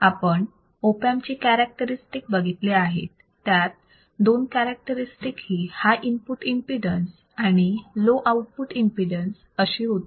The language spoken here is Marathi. आपण ऑप अँप ची कॅरेक्टरस्टिक बघितली आहेत त्यात 2 कॅरेक्टरस्टिक ही हाय इनपुट एमपीडन्स आणि लो आउटपुट एमपीडन्स अशी होती